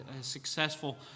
successful